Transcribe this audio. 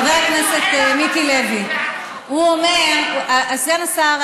חבר הכנסת מיקי לוי: סגן השר,